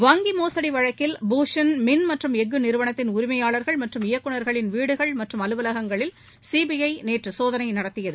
வங்கி மோசடி வழக்கில் பூஷண் மின் மற்றும் எஃகு நிறுவனத்தின் உரிமையாளர்கள் மற்றும் இயக்குநர்களின் வீடுகள் மற்றும் அலுவலகங்களில் சிபிஐ நேற்று சோதனை நடத்தியது